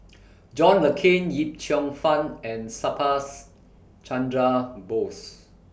John Le Cain Yip Cheong Fun and Subhas Chandra Bose